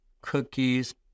cookies